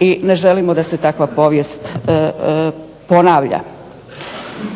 i ne želimo da se takva povijest ponavlja.